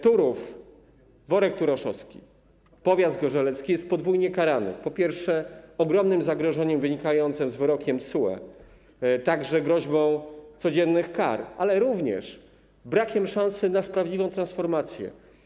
Turów, worek turoszowski, powiat zgorzelecki są podwójnie karane, po pierwsze, ogromnym zagrożeniem wynikającym z wyroku TSUE, groźbą codziennych kar, po drugie, brakiem szansy na sprawiedliwą transformację.